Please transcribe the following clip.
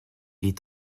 est